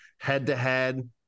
head-to-head